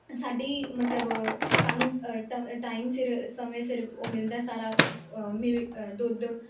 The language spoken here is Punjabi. ਸਾਡੀ ਮਤਲਬ ਸਾਨੂੰ ਟ ਟਾਈਮ ਸਿਰ ਸਮੇਂ ਸਿਰ ਉਹ ਮਿਲਦਾ ਸਾਰਾ ਮਿਲ ਦੁੱਧ